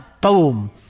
Boom